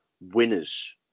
winners